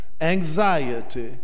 anxiety